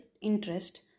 interest